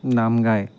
নাম গায়